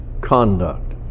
conduct